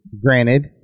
granted